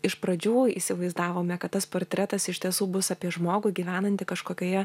iš pradžių įsivaizdavome kad tas portretas iš tiesų bus apie žmogų gyvenantį kažkokioje